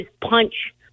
punch